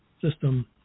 system